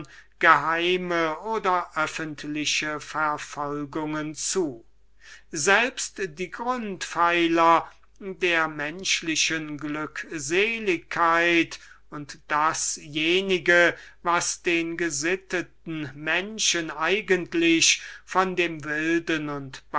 geheime oder öffentliche verfolgungen zu selbst die grundpfeiler der menschlichen glückseligkeit und dasjenige was den gesitteten menschen eigentlich von dem wilden